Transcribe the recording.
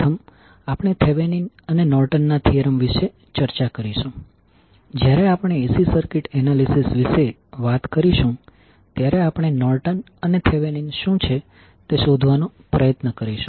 પ્રથમ આપણે થેવેનીન અને નોર્ટન ના થીયરમ વિશે ચર્ચા કરીશું જ્યારે આપણે AC સર્કિટ એનાલિસિસ વિશે વાત કરીશું ત્યારે આપણે નોર્ટન અને થેવેનીન શું છે તે શોધવાનો પ્રયત્ન કરીશું